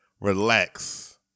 relax